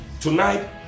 tonight